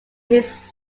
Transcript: his